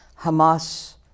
Hamas